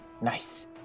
Nice